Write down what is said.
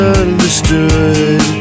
understood